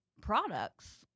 products